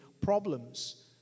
problems